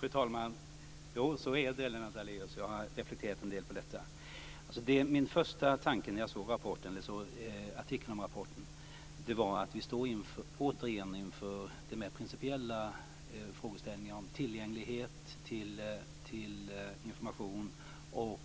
Fru talman! Så är det, Lennart Daléus. Jag har reflekterat en del över detta. Min första tanke när jag såg artikeln om rapporten var att vi återigen står inför mer principiella frågeställningar om tillgänglighet till information och